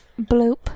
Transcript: Bloop